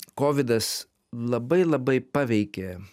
kovidas labai labai paveikė